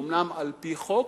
אומנם על-פי חוק,